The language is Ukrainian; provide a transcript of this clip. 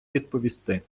відповісти